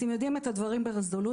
אתם יודעים את הדברים ברזולוציה,